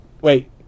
wait